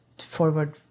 forward